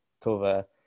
cover